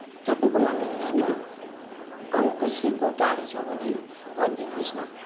तपाईँकोमा मिल्दैन अरू कसैको गाडी छ भने भनिदिनु होस् न